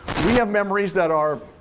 we have memories that are